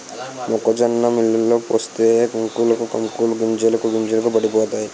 మొక్కజొన్న మిల్లులో పోసేస్తే కంకులకు కంకులు గింజలకు గింజలు పడిపోతాయి